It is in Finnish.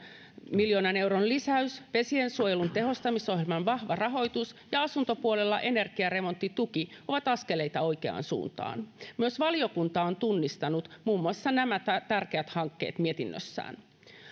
miljoonan euron lisäys vesiensuojelun tehostamisohjelman vahva rahoitus ja asuntopuolella energiaremonttituki ovat askeleita oikeaan suuntaan myös valiokunta on tunnistanut muun muassa nämä tärkeät hankkeet mietinnössään